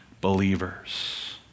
believers